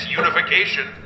unification